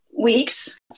weeks